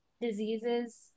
diseases